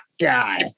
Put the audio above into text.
guy